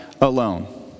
alone